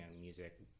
music